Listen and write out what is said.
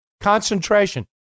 concentration